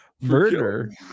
murder